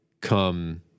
come